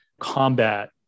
combat